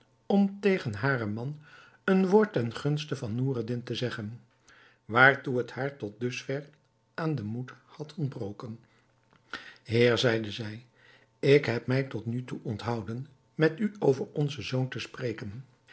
om tegen haren man een woord ten gunste van noureddin te zeggen waartoe het haar tot dusverre aan den moed had ontbroken heer zeide zij ik heb mij tot nu toe onthouden met u over onzen zoon te spreken